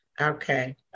Okay